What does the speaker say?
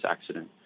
accident